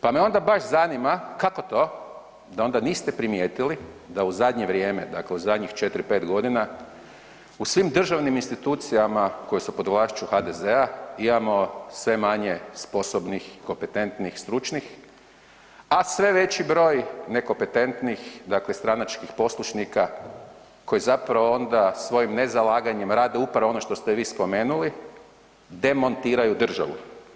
Pa me onda baš zanima kako to da onda niste primijetili da u zadnje vrijeme dakle u zadnjih 4, 5 g. u svim državnim institucijama koje su pod vlašću HDZ-a, imamo sve manje sposobnih, kompetentnih, stručnih a sve veći broj nekompetentnih, dakle stranačkih poslušnika koji zapravo onda svojim nezalaganjem rade upravo ono što ste i vi spomenuli, demontiraju državu?